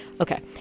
Okay